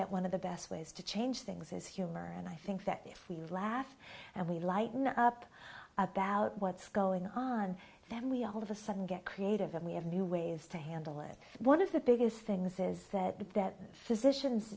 that one of the best ways to change things is humor and i think that if we laugh and we lighten up about what's going on then we all of a sudden get creative and we have new ways to handle it one of the biggest things is that that physicians